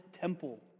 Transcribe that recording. temple